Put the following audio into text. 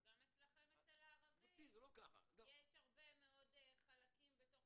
אבל גם אצל הערבים יש הרבה מאוד חלקים בתוך